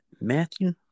Matthew